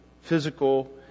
physical